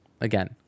again